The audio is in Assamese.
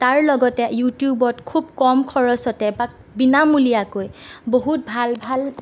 তাৰ লগতে ইউটিউবত খুব কম খৰচতে বা বিনামূলীয়াকৈ বহুত ভাল ভাল